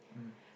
mm